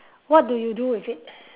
what do you do with it